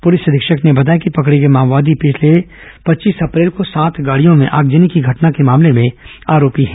police अधीक्षक ने बताया कि पकडे गए माओवादी बीते पच्चीस अप्रैल को सात गाडियों में आगजनी की घटना के मामले में आरोपी हैं